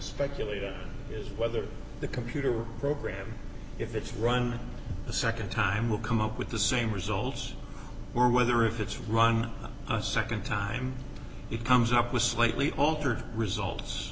speculation is whether the computer program if it's run a nd time will come up with the same results or whether if it's run a nd time it comes up with slightly altered results